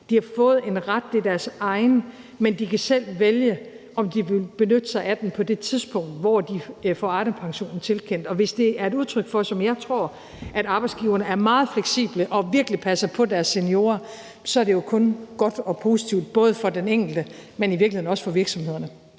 De har fået en ret, og det er deres egen, men de kan selv vælge, om de vil benytte sig af den på det tidspunkt, hvor de får Arnepensionen tilkendt. Hvis det er et udtryk for, hvilket jeg tror, at arbejdsgiverne er meget fleksible og virkelig passer på deres seniorer, er det jo kun godt og positivt, både for den enkelte, men i virkeligheden også for virksomhederne.